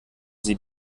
sie